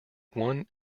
one